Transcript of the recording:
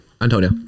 Antonio